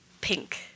pink